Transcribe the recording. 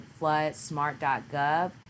FloodSmart.gov